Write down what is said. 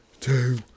Two